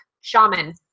shaman